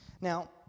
Now